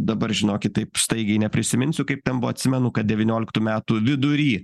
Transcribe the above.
dabar žinokit taip staigiai neprisiminsiu kaip ten buvo atsimenu kad devynioliktų metų vidury